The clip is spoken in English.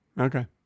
Okay